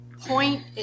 point